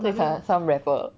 that's like some rebel